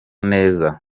neza